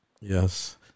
Yes